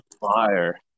fire